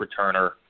returner